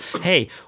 Hey